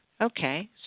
Okay